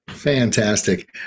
fantastic